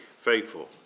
faithful